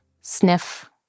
sniff